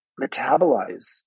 metabolize